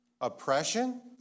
oppression